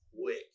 quick